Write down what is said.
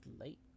late